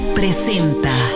presenta